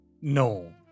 No